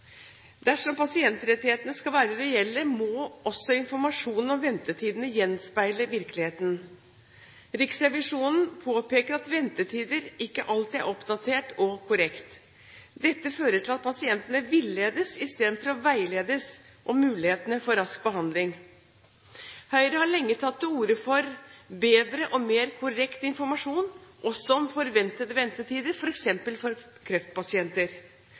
Dersom pasientrettighetene skal være reelle, må også informasjonen om ventetidene gjenspeile virkeligheten. Riksrevisjonen påpeker at ventetider ikke alltid er oppdaterte og korrekte. Dette fører til at pasientene villedes, i stedet for å veiledes om mulighetene for rask behandling. Høyre har lenge tatt til orde for bedre og mer korrekt informasjon, også om forventede ventetider, f.eks. for kreftpasienter.